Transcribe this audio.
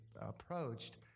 approached